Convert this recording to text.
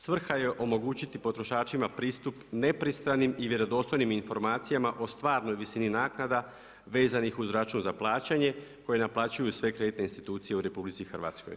Svrha je omogućiti potrošačima pristup nepristranim i vjerodostojnim informacijama o stvarnoj visini naknada vezanih uz račun za plaćanje koje naplaćuju sve kreditne institucije u Republici Hrvatskoj.